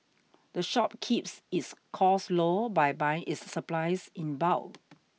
the shop keeps its costs low by buying its supplies in bulk